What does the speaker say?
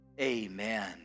amen